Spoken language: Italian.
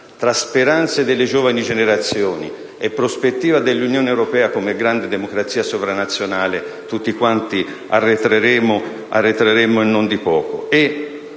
tra speranza delle giovani generazioni e prospettiva dell'Unione europea come grande democrazia sovranazionale, tutti quanti arretreremo, e non di poco.